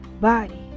body